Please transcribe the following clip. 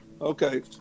Okay